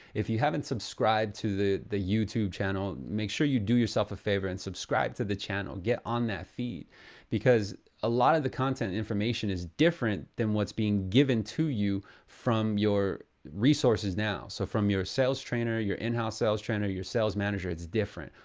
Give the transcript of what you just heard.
if you haven't subscribed to the the youtube channel, make sure you do yourself a favor and subscribe to the channel. get on that feed because a lot of the content information is different than what's being given to you from your resources now. so from your sales trainer, your in-house sales trainer, your sales manager, it's different.